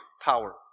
power